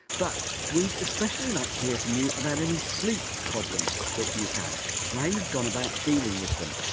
but we'd especially like to hear from you about any sleep problems that you have and how you've gone about dealing with them.